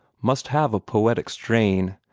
must have a poetic strain,